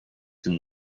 can